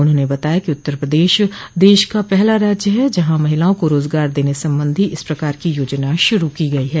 उन्होंने बताया कि उत्तर प्रदेश देश का पहला राज्य है जहां महिलाआ को रोजगार देने संबंधी इस प्रकार की योजना शुरू की गई है